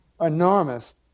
enormous